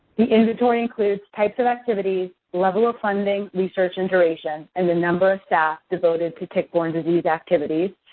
the inventory includes types of activities, level of funding, research and duration, and the number of staff devoted to tick-borne disease activities.